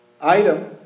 item